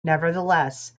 nevertheless